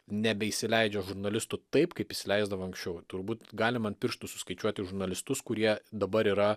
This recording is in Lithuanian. nebeįsileidžia žurnalistų taip kaip įsileisdavo anksčiau turbūt galim ant pirštų suskaičiuoti žurnalistus kurie dabar yra